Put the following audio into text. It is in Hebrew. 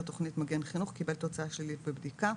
תכנית "מגן חינוך" קיבל תוצאה שלילית בבדיקה,